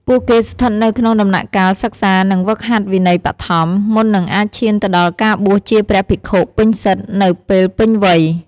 ពួកគេស្ថិតនៅក្នុងដំណាក់កាលសិក្សា និងហ្វឹកហាត់វិន័យបឋម មុននឹងអាចឈានទៅដល់ការបួសជាព្រះភិក្ខុពេញសិទ្ធិនៅពេលពេញវ័យ។